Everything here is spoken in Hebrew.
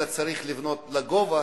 אלא צריך לבנות לגובה,